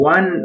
One